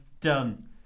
done